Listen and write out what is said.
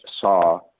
saw